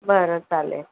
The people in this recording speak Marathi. बरं चालेल